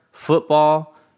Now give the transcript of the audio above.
football